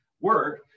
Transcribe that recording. work